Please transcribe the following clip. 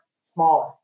smaller